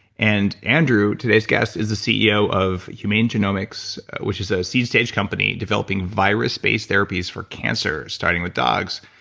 and andrew, today's guest is a ceo of humane genomics which is a c stage company developing virus based therapies for cancer starting with dogs,